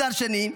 מצד שני,